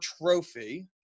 Trophy